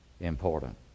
important